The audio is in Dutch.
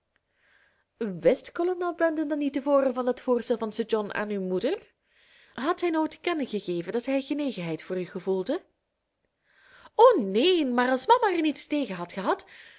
dan niet te voren van dat voorstel van sir john aan uw moeder had hij nooit te kennen gegeven dat hij genegenheid voor u gevoelde o neen maar als mama er niets tegen had gehad